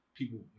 people